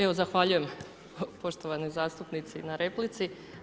Evo, zahvaljujem poštovana zastupnice na replici.